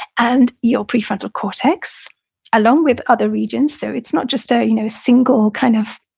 and your prefrontal cortex along with other regions, so it's not just a you know single kind of,